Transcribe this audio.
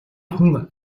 хүн